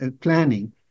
planning